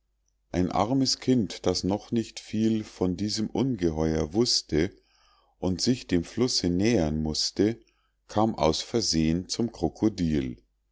ein armes kind das noch nicht viel von diesem ungeheuer wußte und sich dem flusse nähern mußte kam aus versehn zum krododil